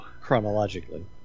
chronologically